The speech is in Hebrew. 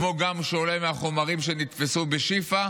כמו גם ממה שעולה מהחומרים שנתפסו בשיפא,